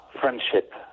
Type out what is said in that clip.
friendship